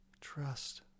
Trust